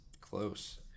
close